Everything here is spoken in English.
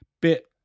bit